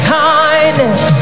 kindness